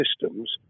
systems